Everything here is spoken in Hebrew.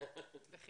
לך